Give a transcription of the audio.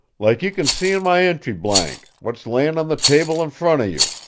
like you c'n see in my entry blank, what's layin' on the table in front of you.